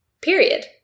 Period